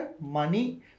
money